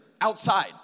outside